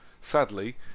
Sadly